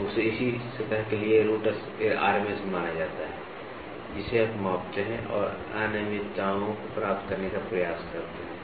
तो इसे उसी सतह के लिए रूट RMS मान कहा जाता है जिसे आप मापते हैं और अनियमितताओं को प्राप्त करने का प्रयास करते हैं